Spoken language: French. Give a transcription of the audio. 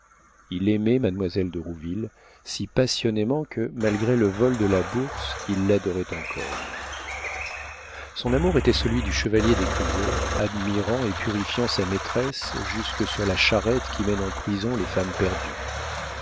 il aimait mademoiselle de rouville si passionnément que malgré le vol de la bourse il l'adorait encore son amour était celui du chevalier des grieux admirant et purifiant sa maîtresse jusque sur la charrette qui mène en prison les femmes perdues